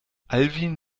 alwin